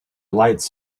lights